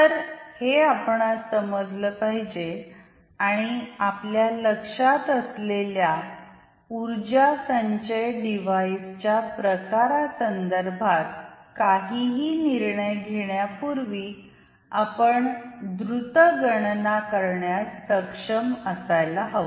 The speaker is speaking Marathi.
तर हे आपणास समजल पाहिजे आणि आपल्या लक्षात असलेल्या उर्जा संचय डिव्हाइसच्या प्रकारा संदर्भात काहीही निर्णय घेण्यापूर्वी आपण द्रुत गणना करण्यास सक्षम असायला हव